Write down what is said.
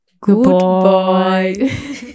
goodbye